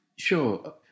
Sure